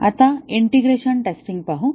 आता integration testing पाहू